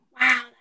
Wow